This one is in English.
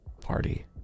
Party